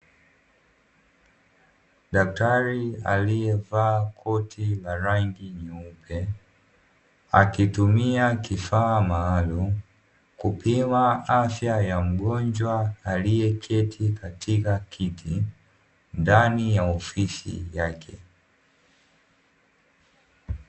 Daktari aliyevaa koti la rangi nyeupe akitumia kifaa maalumu kupimia afya ya mgonjwa, aliyeketi katika kiti ndani ya ofisi yake.